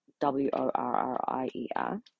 w-o-r-r-i-e-r